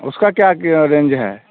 उसका क्या क रेंज है